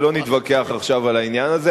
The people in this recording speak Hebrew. ולא נתווכח עכשיו על העניין הזה.